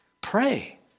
pray